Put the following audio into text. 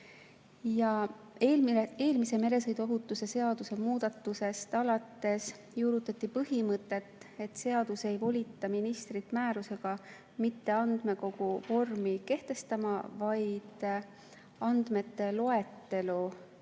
Eelmise meresõiduohutuse seaduse muudatusest alates juurutati põhimõtet, et seadus ei volita ministrit määrusega mitte andmekogu vormi kehtestama, vaid andma andmete loetelu,